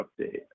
update